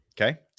Okay